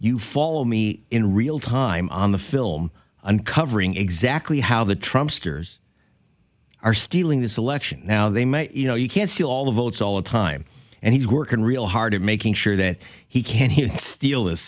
you follow me in real time on the film uncovering exactly how the trumpeters are stealing this election now they may you know you can see all the votes all the time and he's working real hard at making sure that he can steal